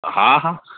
हा हा